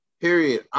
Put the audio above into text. period